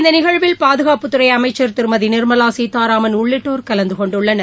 இந்த நிகழ்வில் பாதுகாப்புத்துறை அமைச்சர் திருமதி நிர்மலா சீதாராமன் உள்ளிட்டோர் கலந்த கொண்டுள்ளனர்